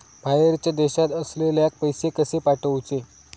बाहेरच्या देशात असलेल्याक पैसे कसे पाठवचे?